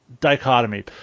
dichotomy